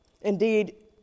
Indeed